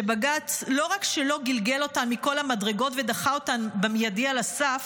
שבג"ץ לא רק שלא גלגל אותן מכל המדרגות ודחה אותן במיידי על הסף,